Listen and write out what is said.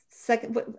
second